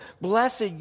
Blessed